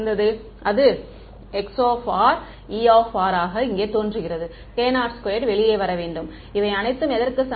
அது 𝟀 E ஆக இங்கே தோன்றுகிறது k02 வெளியே வர வேண்டும் இவை அனைத்தும் எதற்கு சமம்